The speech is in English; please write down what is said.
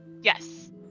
yes